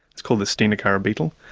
it's called the stenocara beetle.